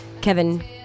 Kevin